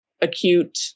acute